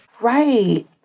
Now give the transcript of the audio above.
Right